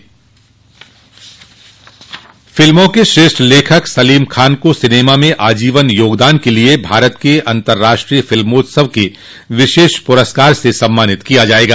फिल्मों के श्रेष्ठ लेखक सलीम खान को सिनेमा में आजीवन योगदान के लिए भारत के अंतराष्ट्रीय फिल्मोत्सव के विशेष प्रस्कार से सम्मानित किया जायेगा